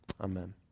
amen